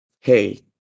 hey